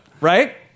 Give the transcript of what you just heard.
right